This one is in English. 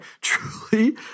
Truly